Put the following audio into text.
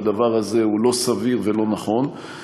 והדבר הזה לא סביר ולא נכון.